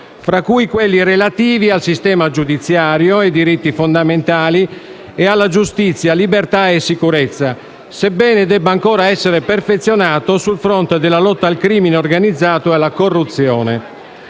tra cui quelli relativi al sistema giudiziario e diritti fondamentali e alla giustizia, libertà e sicurezza, sebbene debba ancora essere perfezionato sul fronte della lotta al crimine organizzato e alla corruzione.